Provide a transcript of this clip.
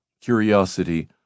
curiosity